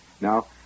Now